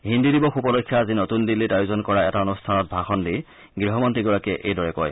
হিন্দী দিৱস উপলক্ষে আজি নতুন দিল্লীত আয়োজন কৰা এটা অনুষ্ঠানত ভাষণ দি গৃহমন্ত্ৰীগৰাকীয়ে এইদৰে কয়